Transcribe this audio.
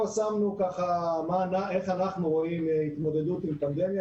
(שקף: מהי פנדמיה?).